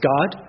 God